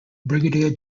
brigadier